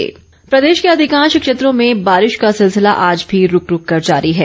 मौसम प्रदेश के अधिकांश क्षेत्रों में बारिश का सिलसिला आज भी रूक रूक कर जारी है